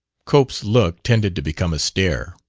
cope's look tended to become a stare.